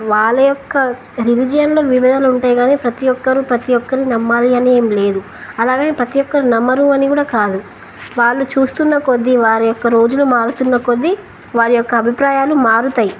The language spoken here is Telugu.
వాళ్ల యొక్క రిలీజియన్లో వివిధాలు ఉంటాయి గాని ప్రతి ఒక్కరు ప్రతి ఒక్కరి నమ్మాలి అని ఏం లేదు అలాగనే ప్రతి ఒక్కరు నమ్మరువు అని కూడా కాదు వాళ్ళు చూస్తున్న కొద్ది వారి యొక్క రోజులు మారుతున్న కొద్ది వారి యొక్క అభిప్రాయాలు మారుతయి